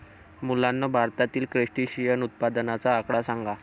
मुलांनो, भारतातील क्रस्टेशियन उत्पादनाचा आकडा सांगा?